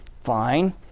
Fine